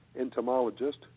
entomologist